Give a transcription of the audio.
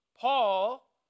Paul